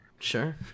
Sure